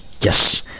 Yes